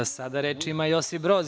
Sada reč ima Josip Broz.